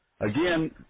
Again